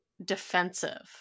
Defensive